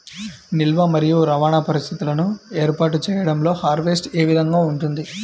నిల్వ మరియు రవాణా పరిస్థితులను ఏర్పాటు చేయడంలో హార్వెస్ట్ ఏ విధముగా ఉంటుంది?